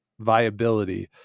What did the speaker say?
viability